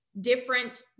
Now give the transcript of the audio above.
different